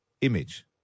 image